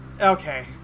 Okay